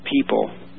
people